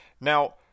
Now